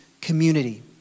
community